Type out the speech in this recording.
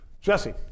Jesse